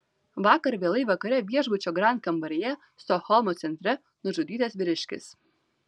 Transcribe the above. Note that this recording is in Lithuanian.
vakar vėlai vakare viešbučio grand kambaryje stokholmo centre nužudytas vyriškis